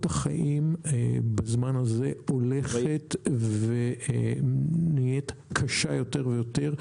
החיים בזמן הזה הולכת ונהית קשה יותר ויותר.